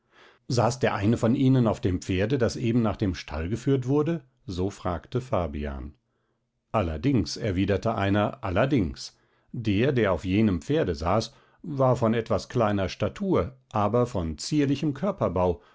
saß der eine von ihnen auf dem pferde das eben nach dem stall geführt wurde so fragte fabian allerdings erwiderte einer allerdings der der auf jenem pferde saß war von etwas kleiner statur aber von zierlichem körperbau